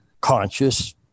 conscious